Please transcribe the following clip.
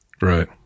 right